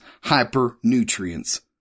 hyper-nutrients